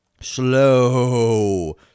slow